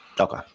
Okay